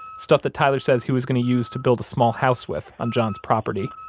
stuff that tyler says he was going to use to build a small house with on john's property.